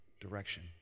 direction